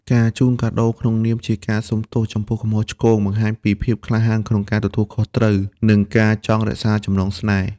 ការជូនកាដូក្នុងនាមជាការសុំទោសចំពោះកំហុសឆ្គង បង្ហាញពីភាពក្លាហានក្នុងការទទួលខុសត្រូវ និងការចង់រក្សាចំណងស្នេហ៍។